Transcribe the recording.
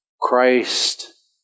Christ